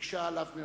הקשה עליו מאוד.